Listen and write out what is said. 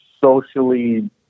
socially